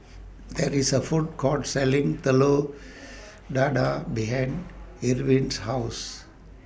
There IS A Food Court Selling Telur Dadah behind Irwin's House